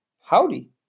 Howdy